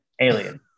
alien